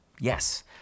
Yes